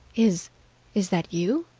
is is that you?